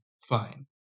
Fine